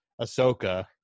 Ahsoka